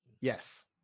Yes